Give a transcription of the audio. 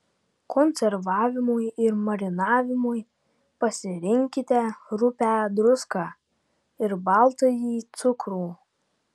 konservavimui ir marinavimui pasirinkite rupią druską ir baltąjį cukrų